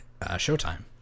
Showtime